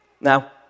Now